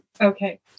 Okay